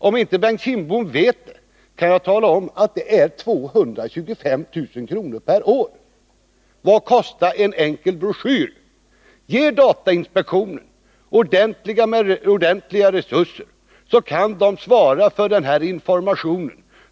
Om inte Bengt Kindbom vet det, kan jag tala om att den uppgår till 225 000 kr. per år. Vad kostar en enkel broschyr? Ge datainspektionen ordentliga resurser, så kan den svara för den här informationen.